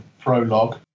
prologue